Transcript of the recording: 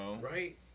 Right